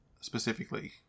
specifically